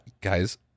Guys